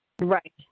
Right